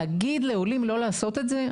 להגיד לעולים לא לעשות את זה?